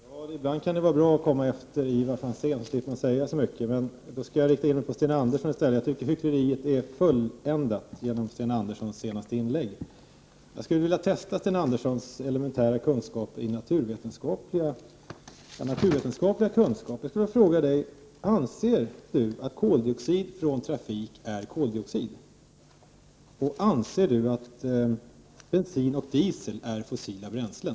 Herr talman! Ibland kan det vara bra att komma efter Ivar Franzén, för då slipper man säga så mycket. I stället skall jag rikta in mig på Sten Andersson i Malmö. Jag tycker hyckleriet fulländades i och med hans senaste inlägg. Jag skulle vilja testa Sten Anderssons elementära kunskaper i naturvetenskap. Anser han att koldioxid från trafik är koldioxid? Och anser han att bensin och diesel är fossila bränslen?